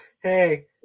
hey